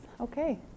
Okay